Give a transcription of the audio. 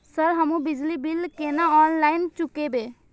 Sir हमू बिजली bill केना ऑनलाईन चुकेबे?